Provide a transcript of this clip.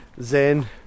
Zen